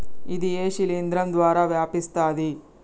ఇది ఏ శిలింద్రం ద్వారా వ్యాపిస్తది?